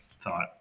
thought